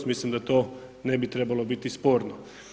Mislim da to ne bi trebalo biti sporno.